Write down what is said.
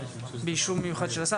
באישור מיוחד של השר.